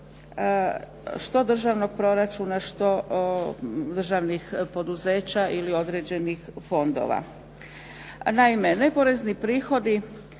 što državnog proračuna, što državnih poduzeća ili određenih fondova. Naime, neporezni prihodi